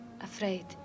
afraid